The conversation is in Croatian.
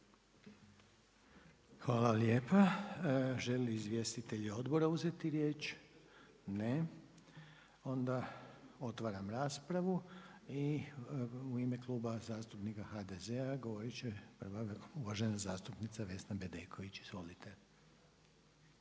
Hvala lijepa. Žele li izvjestitelji odbora uzeti riječ? Ne. Otvaram raspravu. U ime Kluba zastupnika HDZ-a uvažena zastupnica Vesna Bedeković. Izvolite.